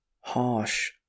harsh